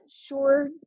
sure